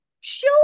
Show